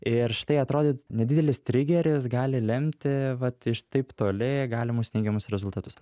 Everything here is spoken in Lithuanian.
ir štai atrody nedidelis trigeris gali lemti vat iš taip toli galimus neigiamus rezultatus